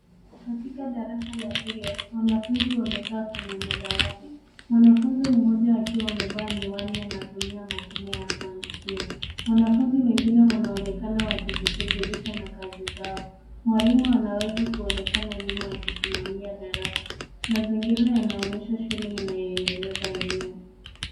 Katika darasa la shule, wanafunzi wamekaa kwenye madawati. Mwanafunzi mmoja akiwa amevaa miwani anatumia mashine ya kuandikia. Wanafunzi wengine wanaonekana wakijishughulisha na kazi zao. Mwalimu anaweza kuonekana nyuma akisimamia darasa. Mazingira yanaonyesha shule inayoendeleza elimu.